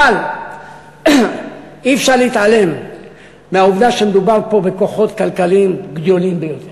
אבל אי-אפשר להתעלם מהעובדה שמדובר פה בכוחות כלכליים גדולים ביותר.